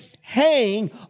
hang